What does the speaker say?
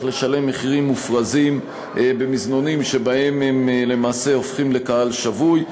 לשלם מחירים מופרזים במזנונים שבהם הם למעשה הופכים לקהל שבוי.